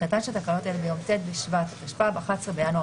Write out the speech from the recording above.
תחילתן של תקנות אלה ביום ט' בשבט התשפ"ב (11 בינואר